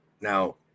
Now